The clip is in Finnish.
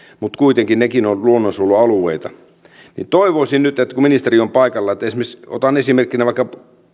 mutta kuitenkin nekin ovat luonnonsuojelualueita toivoisin nyt että kun ministeri on paikalla otan esimerkkinä vaikka